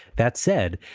that said,